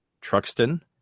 Truxton